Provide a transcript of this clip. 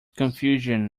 confusion